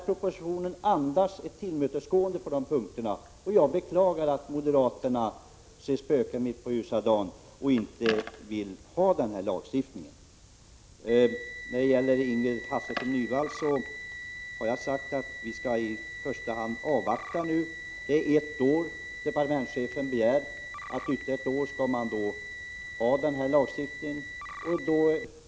Propositionen andas tillmötesgående på de punkterna, och jag beklagar att moderaterna ser spöken mitt på ljusa dagen och inte vill ha den här lagstiftningen. Till Ingrid Hasselström Nyvall vill jag upprepa vad jag sagt förut. Departementschefen begär att man skall behålla den nuvarande lagstiftningen ytterligare ett år.